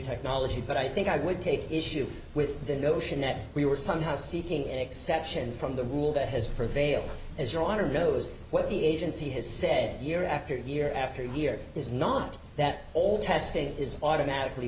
technology but i think i would take issue with the notion that we were somehow seeking an exception from the rule that has prevailed as your honor knows what the agency has said year after year after year is not that all testing is automatically